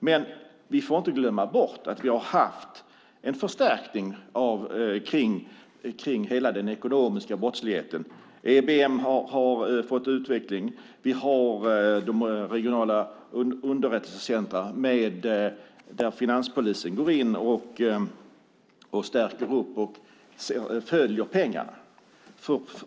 Vi får emellertid inte glömma bort att vi har haft en förstärkning av lagstiftningen kring hela den ekonomiska brottsligheten. EBM har utvecklats. Vi har de regionala underrättelsecentrumen där finanspolisen går in, stärker upp och följer pengarna.